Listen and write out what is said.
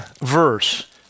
verse